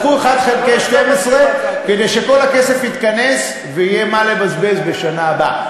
לקחו 1 חלקי 12 כדי שכל הכסף יתכנס ויהיה מה לבזבז בשנה הבאה.